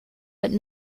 but